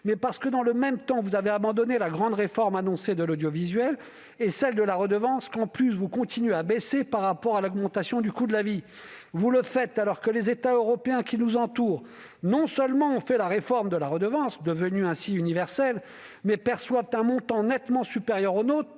mais en abandonnant dans le même temps la grande réforme annoncée de l'audiovisuel et celle de la redevance, une redevance que vous continuez en plus à baisser par rapport à l'augmentation du coût de la vie. Vous le faites alors que les États européens qui nous entourent non seulement ont réformé la redevance, devenue ainsi universelle, mais perçoivent un montant nettement supérieur au nôtre